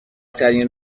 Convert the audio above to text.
ترین